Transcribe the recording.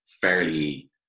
fairly